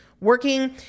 working